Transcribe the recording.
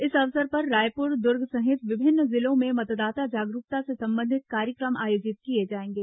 इस अवसर पर रायपुर दुर्ग सहित विभिन्न जिलों में मतदाता जागरूकता से संबंधित कार्यक्रम आयोजित किए जाएंगे